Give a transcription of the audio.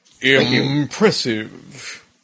Impressive